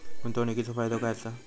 गुंतवणीचो फायदो काय असा?